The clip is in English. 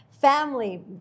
family